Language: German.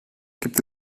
gibt